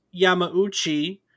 Yamauchi